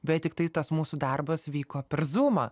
bet tiktai tas mūsų darbas vyko per zūmą